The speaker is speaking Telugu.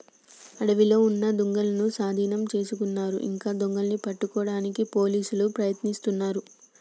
అడవిలో ఉన్న దుంగలనూ సాధీనం చేసుకున్నారు ఇంకా దొంగలని పట్టుకోడానికి పోలీసులు ప్రయత్నిస్తున్నారు